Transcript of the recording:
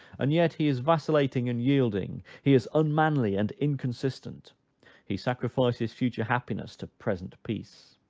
and yet he is vacillating and yielding, he is unmanly and inconsistent he sacrifices future happiness to present peace.